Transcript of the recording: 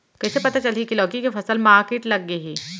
कइसे पता चलही की लौकी के फसल मा किट लग गे हे?